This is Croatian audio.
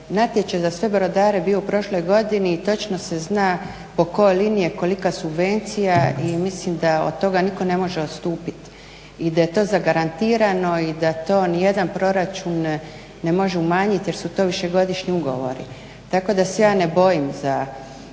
natječaj za sve brodare bio u prošloj godini i točno se zna po kojoj liniji je kolika subvencija i mislim da od toga nitko ne može odstupiti i da je to zagarantirano i da to ni jedan proračun ne može umanjiti jer su to višegodišnji ugovori. Tako da se ja ne bojim za